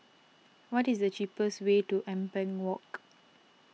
what is the cheapest way to Ampang Walk